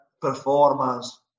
performance